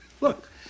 Look